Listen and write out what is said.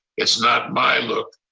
it's not my look.